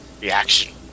reaction